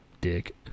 dick